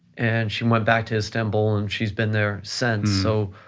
and she went back to istanbul and she's been there since. so,